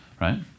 right